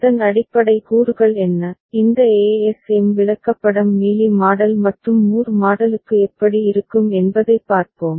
அதன் அடிப்படை கூறுகள் என்ன இந்த ஏஎஸ்எம் விளக்கப்படம் மீலி மாடல் மற்றும் மூர் மாடலுக்கு எப்படி இருக்கும் என்பதைப் பார்ப்போம்